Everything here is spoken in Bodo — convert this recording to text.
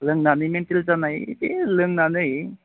लोंनानै मेन्टेल जानाय ओइ बे लोंनानै